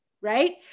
right